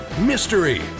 mystery